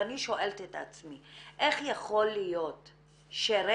ואני שואלת את עצמי: איך יכול להיות שרצח